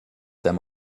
them